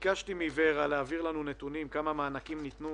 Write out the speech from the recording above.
ביקשתי מור"ה להעביר לנו נתונים על כמה מענקים ניתנו